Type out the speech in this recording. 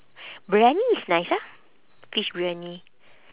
briyani is nice ah fish briyani